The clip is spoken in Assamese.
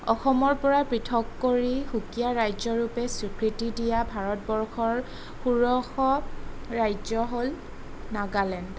অসমৰ পৰা পৃথক কৰি সুকীয়া ৰাজ্য ৰূপে স্বীকৃতি দিয়া ভাৰতবৰ্ষৰ ষোড়শ ৰাজ্য হ'ল নাগালেণ্ড